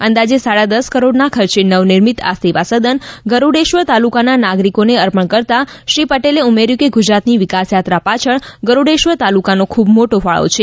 અંદાજે સાડા દસ કરોડના ખર્ચે નવ નિર્મિત આ સેવા સદન ગરૂડેશ્વર તાલુકાના નાગરિકોને અર્પણ કરતા શ્રી પટેલે ઉમેર્યુ કે ગુજરાતની વિકાસયાત્રા પાછળ ગરૂડેશ્વર તાલુકાનો ખુબ મોટો ફાળો છે